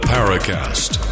Paracast